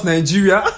Nigeria